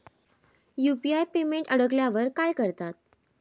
UPI payment अडकल्यावर काय करतात?